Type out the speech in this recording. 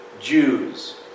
Jews